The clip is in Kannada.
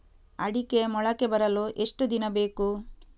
ಅಡಿಕೆ ಮೊಳಕೆ ಬರಲು ಎಷ್ಟು ದಿನ ಬೇಕು?